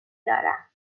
دارم